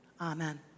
Amen